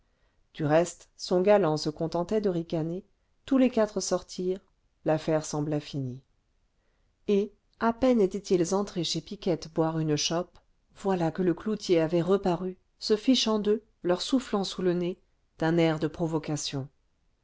du reste son galant se contentait de ricaner tous les quatre sortirent l'affaire sembla finie et à peine étaient-ils entrés chez piquette boire une chope voilà que le cloutier avait reparu se fichant d'eux leur soufflant sous le nez d'un air de provocation